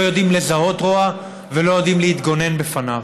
לא יודעים לזהות רוע ולא יודעים להתגונן בפניו,